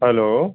hello